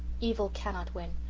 evil cannot win.